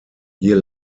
hier